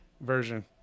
version